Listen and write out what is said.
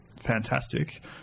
fantastic